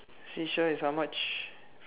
shisha is how much